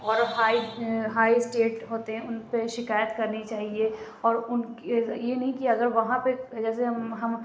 اور high high state ہوتے ہیں اُن پہ شکایت کرنی چاہیے اور اُن کی یہ نہیں کہ اگر وہاں پہ جیسے ہم ہم